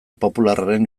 popularraren